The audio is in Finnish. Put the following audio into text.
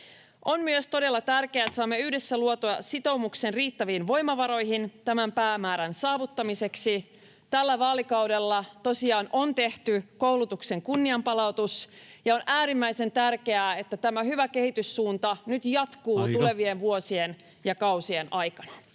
On myös todella tärkeää, että saamme yhdessä luotua sitoumuksen riittäviin voimavaroihin tämän päämäärän saavuttamiseksi. Tällä vaalikaudella tosiaan on tehty koulutuksen kunnianpalautus, ja on äärimmäisen tärkeää, että tämä hyvä kehityssuunta nyt jatkuu [Puhemies: Aika!] tulevien vuosien ja kausien aikana.